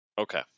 Okay